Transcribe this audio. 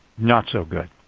not so good.